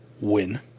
win